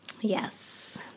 Yes